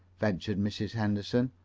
ventured mrs. henderson.